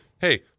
hey